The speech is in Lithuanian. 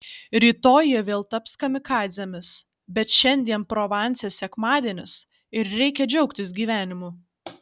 rytoj jie vėl taps kamikadzėmis bet šiandien provanse sekmadienis ir reikia džiaugtis gyvenimu